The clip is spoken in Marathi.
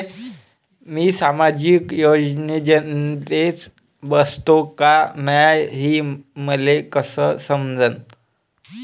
मी सामाजिक योजनेत बसतो का नाय, हे मले कस समजन?